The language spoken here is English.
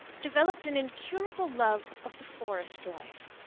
developed an incurable love of the forest life.